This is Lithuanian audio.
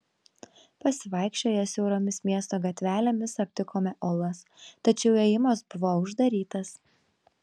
pasivaikščioję siauromis miesto gatvelėmis aptikome olas tačiau įėjimas buvo uždarytas